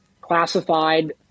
classified